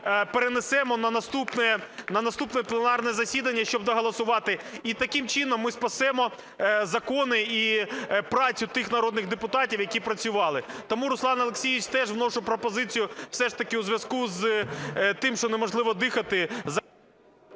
перенесемо на наступне пленарне засідання, щоб доголосувати. І, таким чином, ми спасемо закони і працю тих народних депутатів, які працювали. Тому, Руслан Олексійович, теж вношу пропозицію все ж таки у зв'язку з тим, що неможливо дихати...